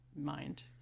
mind